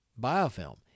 biofilm